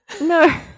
no